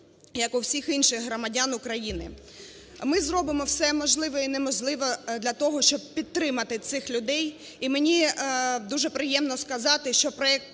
як і в усіх інших громадян України. Ми зробимо все можливе і неможливе для того, щоб підтримати цих людей. І мені дуже приємно сказати, що проект